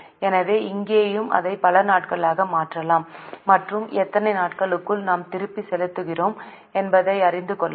எனவே இங்கேயும் அதை பல நாட்களாக மாற்றலாம் மற்றும் எத்தனை நாட்களுக்குள் நாம் திருப்பிச் செலுத்துகிறோம் என்பதை அறிந்து கொள்ளலாம்